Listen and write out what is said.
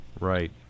right